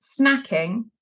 snacking